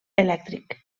elèctric